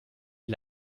est